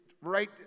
right